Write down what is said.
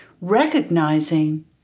recognizing